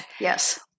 yes